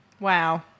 Wow